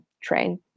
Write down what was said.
train